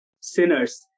sinners